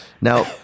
Now